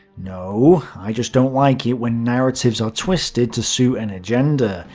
no, i just don't like it when narratives are twisted to suit an agenda,